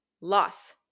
loss